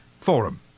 Forum